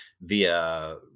via